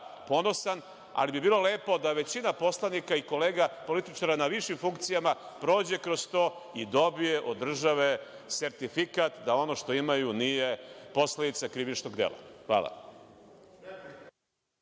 ali bi bilo lepo da većina poslanika i kolega političara na višim funkcijama prođe kroz to i dobije od države sertifikat da ono što imaju nije posledica krivičnog dela. Hvala.